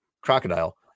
crocodile